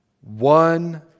one